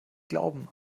glauben